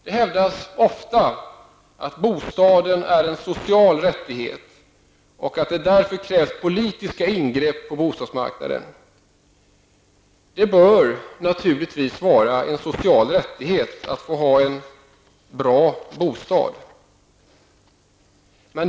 Det hävdas ofta att bostaden är en social rättighet och att det därför krävs politiska ingrepp på bostadsmarknaden. Det bör naturligtvis vara en social rättighet att få ha en bra bostad.